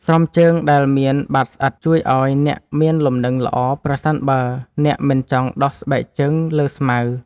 ស្រោមជើងដែលមានបាតស្អិត ជួយឱ្យអ្នកមានលំនឹងល្អប្រសិនបើអ្នកមិនចង់ដោះស្បែកជើងលើស្មៅ។